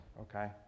Okay